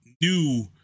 new